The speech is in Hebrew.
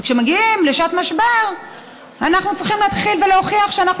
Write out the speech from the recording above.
וכשמגיעים לשעת משבר אנחנו צריכים להתחיל ולהוכיח שאנחנו